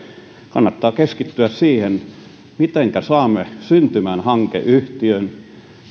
kannattaa keskittyä siihen mitenkä saamme syntymään hankeyhtiön